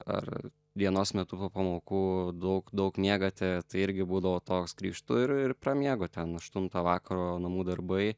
ar dienos metu po pamokų daug daug miegate tai irgi būdavo toks grįžtu ir ir pramiegu ten aštuntą vakaro namų darbai